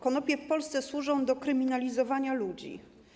Konopie w Polsce służą do kryminalizowania ludzi.